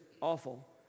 awful